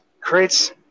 creates